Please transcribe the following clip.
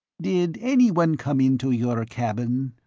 did anyone come into your cabin?